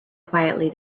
quietly